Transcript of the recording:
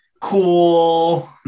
cool